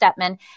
Stepman